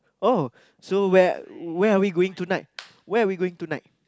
oh so where where are we going tonight where are we going tonight